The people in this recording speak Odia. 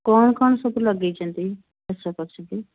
କ'ଣ କ'ଣ ସବୁ ଲଗେଇଛନ୍ତି ଚାଷ କରିଛନ୍ତି